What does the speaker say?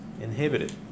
inhibited